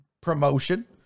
promotion